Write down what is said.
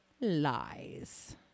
Lies